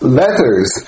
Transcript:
letters